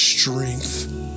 Strength